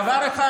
אבל דבר אחד,